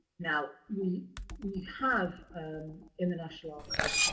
now, we we have in the national archives,